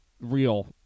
real